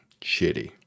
shitty